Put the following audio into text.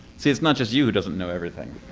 see, it's not just you who doesn't know everything.